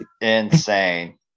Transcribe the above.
insane